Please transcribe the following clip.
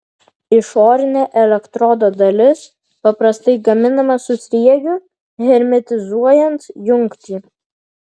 išorinė elektrodo dalis paprastai gaminama su sriegiu hermetizuojant jungtį